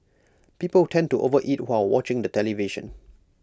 people tend to overeat while watching the television